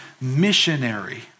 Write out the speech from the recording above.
missionary